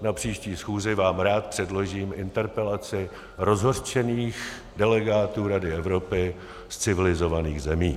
Na příští schůzi vám rád předložím interpelaci rozhořčených delegátů Rady Evropy z civilizovaných zemí.